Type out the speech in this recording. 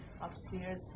upstairs